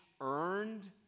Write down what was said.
earned